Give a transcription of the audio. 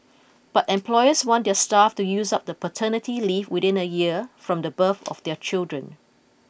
but employers want their staff to use up the paternity leave within a year from the birth of their children